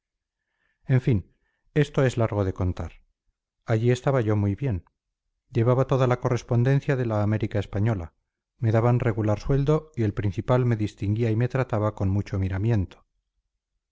en fin esto es largo de contar allí estaba yo muy bien llevaba toda la correspondencia de la américa española me daban regular sueldo y el principal me distinguía y me trataba con mucho miramiento